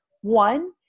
One